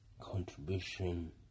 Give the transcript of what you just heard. contribution